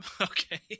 okay